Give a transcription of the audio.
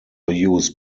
used